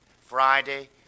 Friday